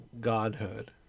godhood